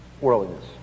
Worldliness